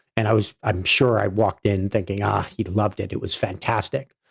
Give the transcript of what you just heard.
and i was i'm sure i walked in thinking, ah, he loved it, it was fantastic.